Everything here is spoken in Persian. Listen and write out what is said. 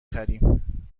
خریم